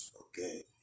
Okay